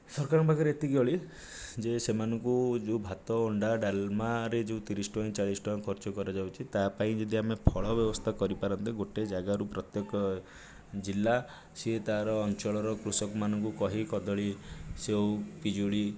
ସରକାରଙ୍କ ପାଖରେ ଏତିକି ଅଳି ଯେ ସେମାନଙ୍କୁ ଯେଉଁ ଭାତ ଅଣ୍ଡା ଡାଲମାରେ ଯେଉଁ ତିରିଶ ଟଙ୍କା ଚାଳିଶ ଟଙ୍କା ଖର୍ଚ୍ଚ କରାଯାଉଛି ତା' ପାଇଁ ଯଦି ଆମେ ଫଳ ବ୍ୟବସ୍ଥା କରିପାରନ୍ତେ ଗୋଟିଏ ଜାଗାରୁ ପ୍ରତ୍ୟେକ ଜିଲ୍ଲା ସିଏ ତାର ଅଞ୍ଚଳର କୃଷକମାନଙ୍କୁ କହି କଦଳୀ ସେଉ ପିଜୁଳି